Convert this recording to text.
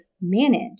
manage